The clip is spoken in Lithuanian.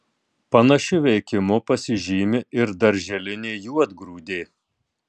panašiu veikimu pasižymi ir darželinė juodgrūdė